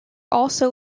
also